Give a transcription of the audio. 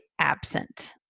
absent